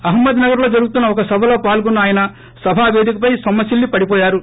అహ్మద్నగర్లో జరుగుతున్న ఒక సభలో పాల్గోన్న ఆయన సభాపేదికపై నొమ్మసిల్ల్ పడిపోయారు